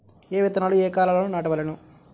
ఏ విత్తనాలు ఏ కాలాలలో నాటవలెను?